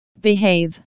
Behave